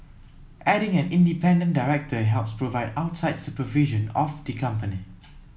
adding an independent director helps provide outside supervision of the company